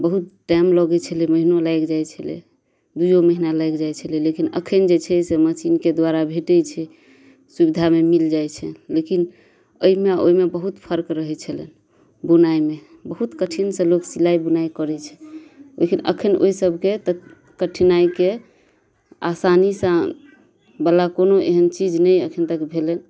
बहुत टाइम लगै छलै महीनो लागि जाइ छलै दुइयो महीना लागि जाइ छलै लेकिन अखन जे छै से मशीनके द्वारा भेटै छै सुविधामे मिल जाइ छै लेकिन एहिमे ओहिमे बहुत फर्क रहै छलनि बुनाइमे बहुत कठिनसँ लोक सिलाइ बुनाइ करै छै लेकिन अखन ओहि सभके तऽ कठिनाइके आसानीसँ बला कोनो एहेन चीज नहि अखन तक भेलनि